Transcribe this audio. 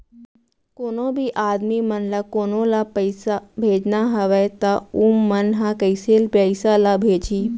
कोन्हों भी आदमी मन ला कोनो ला पइसा भेजना हवय त उ मन ह कइसे पइसा ला भेजही?